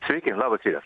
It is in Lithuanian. sveiki labas rytas